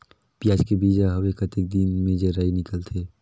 पियाज के बीजा हवे कतेक दिन मे जराई निकलथे?